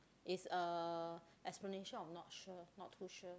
is a explanation of not sure not too sure